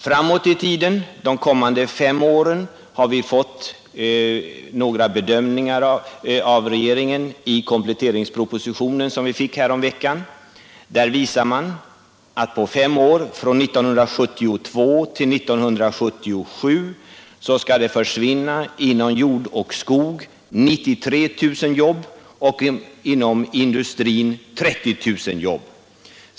Framåt i tiden, de kommande fem åren, har vi fått några bedömningar av regeringen i kompletteringspropositionen som vi fick härom veckan. Där visar man att på fem år — från 1972 till 1977 — skall det försvinna inom jord och skog 93 000 jobb och inom industrin 30 000 jobb.